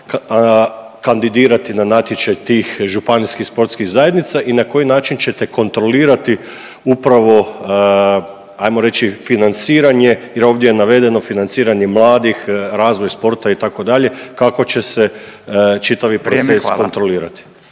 kandidirati na natječaj tih županijskih sportskih zajednica i na koji način ćete kontrolirati upravo hajmo reći financiranje, jer ovdje je navedeno financiranje mladih, razvoj sporta itd. kako će se čitavi proces kontrolirati.